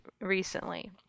recently